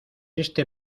este